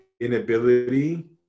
inability